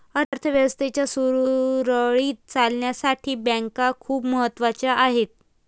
अर्थ व्यवस्थेच्या सुरळीत चालण्यासाठी बँका खूप महत्वाच्या आहेत